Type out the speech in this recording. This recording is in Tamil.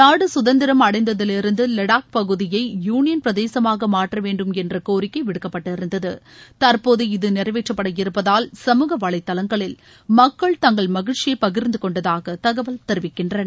நாடு சுதந்திரம் அடைந்ததலிருந்து லடாக் பகுதியை யூனியன் பிரதேசமாக மாற்ற வேண்டும் என்ற கோரிக்கை விடுக்கப்பட்டிருந்தது தற்போது இது நிறைவேற்றப்பட இருப்பதால் சமூக வலைதளங்களில் மக்கள் தங்கள் மகிழ்ச்சியை பகிர்ந்துக்கொண்டதாக தகவல் தெரிவிக்கின்றன